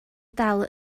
dal